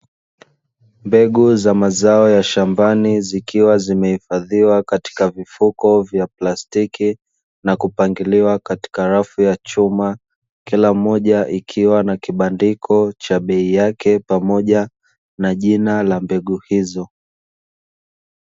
Mbegu za mazao ya shambani zikiwa zimehifadhiwa katika vifuko vya plastiki na kupangiliwa katika rafu ya chuma, kila moja ikiwa na kibandiko cha bei yake pamoja na jina la mbegu hizo.